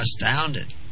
astounded